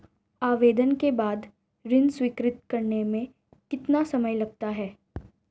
आवेदन के बाद ऋण स्वीकृत करने में कितना समय लगता है?